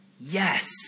yes